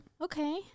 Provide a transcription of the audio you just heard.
Okay